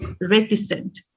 reticent